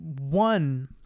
one